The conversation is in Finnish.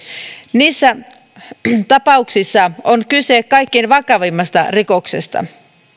niissä tapauksissa on kyse kaikkein vakavimmasta rikoksesta